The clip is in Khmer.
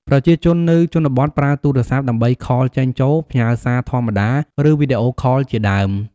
ប្រជាជននៅជនបទប្រើទូរស័ព្ទដើម្បីខលចេញចូល ផ្ញើសារធម្មតា ឬវីដេអូខលជាដើម។